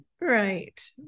right